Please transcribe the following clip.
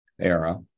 era